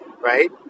right